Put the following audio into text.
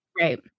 Right